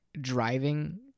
driving